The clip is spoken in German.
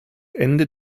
ende